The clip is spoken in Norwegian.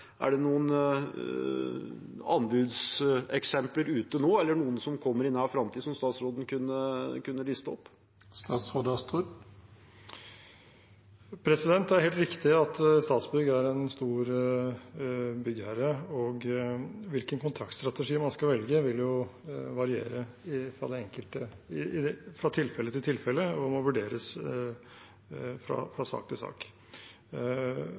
anbudseksempler ute nå, eller noen som kommer i nær framtid som statsråden kunne liste opp? Det er helt riktig at Statsbygg er en stor byggherre, og hvilken kontraktstrategi man skal velge, vil jo variere fra tilfelle til tilfelle og må vurderes fra sak til sak,